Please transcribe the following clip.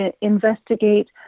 investigate